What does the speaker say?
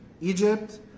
Egypt